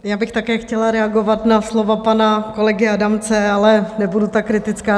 Také bych chtěla reagovat na slova pana kolegy Adamce, ale nebudu tak kritická.